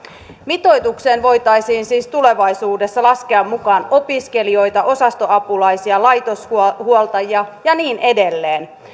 mitoitukseen voitaisiin siis tulevaisuudessa laskea mukaan opiskelijoita osastoapulaisia laitoshuoltajia ja niin edelleen